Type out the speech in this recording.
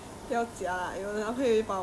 有想 about 你先 hor